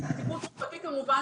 טיפול תרופתי טוב,